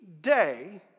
day